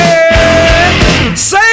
Say